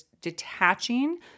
detaching